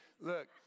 Look